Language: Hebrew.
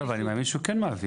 לא, אבל אני מאמין שהוא כן מעביר.